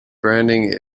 branding